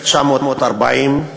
1940,